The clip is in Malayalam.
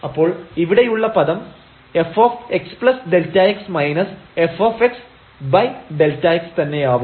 അപ്പോൾ ഇവിടെയുള്ള പദം fxΔx fΔx തന്നെയാവും